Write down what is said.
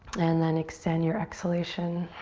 and then extend your exhalation.